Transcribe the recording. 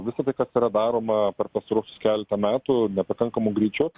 visa tai kas yra daroma per pastaruosius keletą metų nepakankamu greičiu